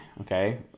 okay